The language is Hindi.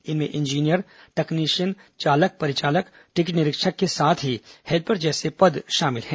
इनमें इंजीनियर तकनीशियन चालक परिचालक टिकट निरीक्षक के साथ ही हेल्पर जैसे पर शामिल हैं